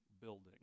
building